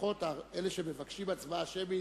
לפחות אלה שמבקשים הצבעה שמית,